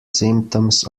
symptoms